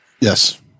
Yes